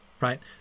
right